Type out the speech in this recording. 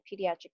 pediatric